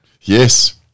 Yes